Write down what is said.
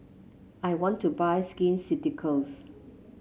I want to buy Skin Ceuticals